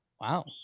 Wow